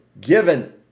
given